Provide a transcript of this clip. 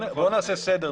בוא נעשה סדר,